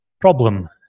problem